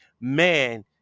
man